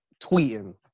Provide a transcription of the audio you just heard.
tweeting